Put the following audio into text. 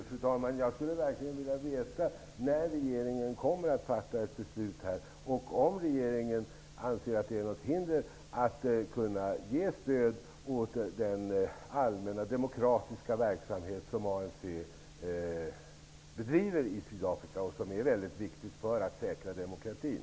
Fru talman! Jag skulle verkligen vilja veta när regeringen kommer att fatta ett beslut och om regeringen anser att det finns något hinder för att ge stöd åt den allmänna demokratiska verksamhet som ANC bedriver i Sydafrika. Den är mycket viktig för att säkra demokratin.